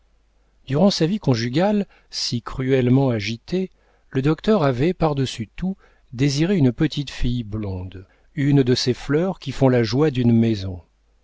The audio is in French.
durant sa vie conjugale si cruellement agitée le docteur avait par-dessus tout désiré une petite fille blonde une de ces fleurs qui font la joie d'une maison